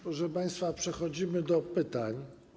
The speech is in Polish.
Proszę państwa, przechodzimy do pytań.